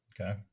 Okay